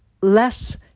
less